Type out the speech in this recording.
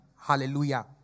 Hallelujah